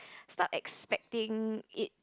stop expecting it